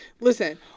listen